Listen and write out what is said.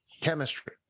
chemistry